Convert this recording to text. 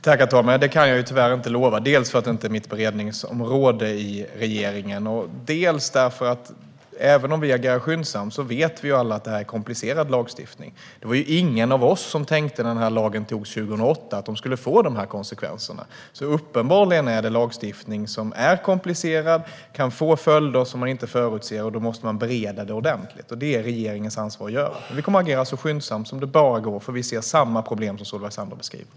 Herr talman! Det kan jag tyvärr inte lova, dels för att det inte är mitt beredningsområde i regeringen, dels för att vi alla vet att detta, även om vi agerar skyndsamt, är komplicerad lagstiftning. När denna lag antogs 2008 var det ingen av oss som tänkte att den skulle få dessa konsekvenser, så uppenbarligen är det lagstiftning som är komplicerad och kan få följder som man inte förutser. Då måste man bereda det ordentligt, och det är det regeringens ansvar att göra. Vi kommer att agera så skyndsamt som det bara går, för vi ser samma problem som Solveig Zander beskriver.